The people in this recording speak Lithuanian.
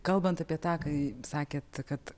kalbant apie tą kai sakėt kad